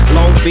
Long